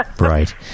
Right